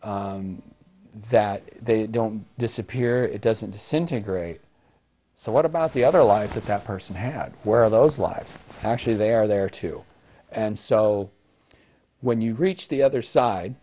on that they don't disappear it doesn't disintegrate so what about the other lives that that person had where those lives actually they're there too and so when you reach the other side